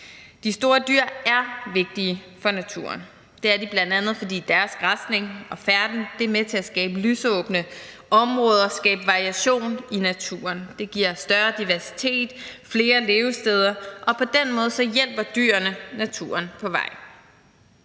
De store dyr er vigtige for naturen. Det er de, bl.a. fordi deres græsning og færden er med til at skabe lysåbne områder og skabe variation i naturen. Det giver større diversitet og flere levesteder, og på den måde hjælper dyrene naturen på vej.